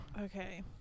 Okay